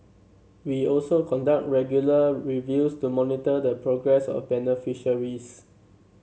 we also conduct regular reviews to monitor the progress of beneficiaries